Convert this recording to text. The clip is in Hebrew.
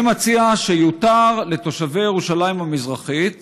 אני מציע שיותר לתושבי ירושלים המזרחית,